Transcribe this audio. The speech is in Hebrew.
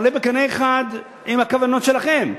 עם הכוונות שלכם.